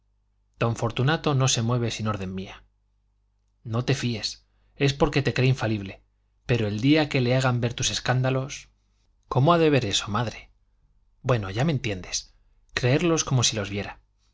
don fortunato no se mueve sin orden mía no te fíes es porque te cree infalible pero el día que le hagan ver tus escándalos cómo ha de ver eso madre bueno ya me entiendes creerlos como si los viera